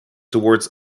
towards